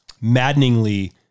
maddeningly